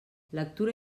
lectura